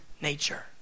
nature